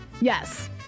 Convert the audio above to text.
Yes